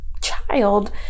child